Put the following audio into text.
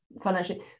financially